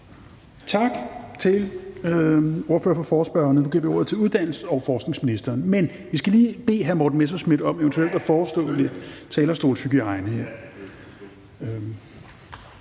Tak til ordføreren for forespørgerne. Nu giver vi ordet til uddannelses- og forskningsministeren. Men vi skal lige bede hr. Morten Messerschmidt om eventuelt at forestå lidt talerstolshygiejne her.